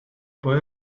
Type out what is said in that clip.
boy